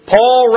Paul